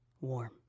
Warm